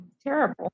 terrible